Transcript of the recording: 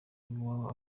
iwawe